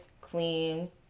clean